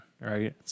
right